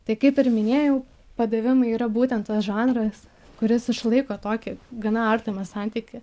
tai kaip ir minėjau padavimai yra būtent tas žanras kuris išlaiko tokį gana artimą santykį